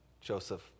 Joseph